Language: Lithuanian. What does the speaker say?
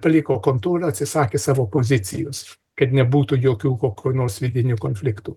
paliko kontorą atsisakė savo pozicijos kad nebūtų jokių kokių nors vidinių konfliktų